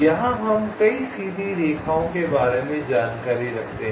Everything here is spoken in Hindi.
यहाँ हम कई सीधी रेखाओं के बारे में जानकारी रखते हैं